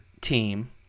team